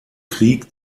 krieg